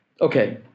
Okay